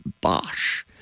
Bosch